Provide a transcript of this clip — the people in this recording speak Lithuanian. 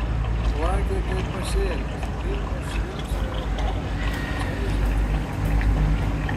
plakė kaip pašėlęs rimbas švilpčiojo ore čaižė tarpukojį